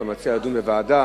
לדון בוועדה?